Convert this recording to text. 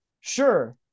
Sure